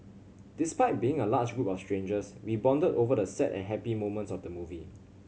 despite being a large group of strangers we bonded over the sad and happy moments of the movie